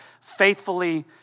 faithfully